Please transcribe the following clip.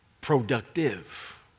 productive